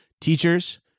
teachers